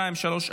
3),